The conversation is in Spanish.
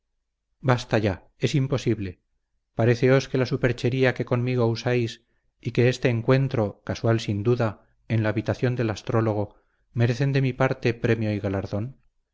basta ya es imposible paréceos que la superchería que conmigo usáis y que este encuentro casual sin duda en la habitación del astrólogo merecen de mi parte premio y galardón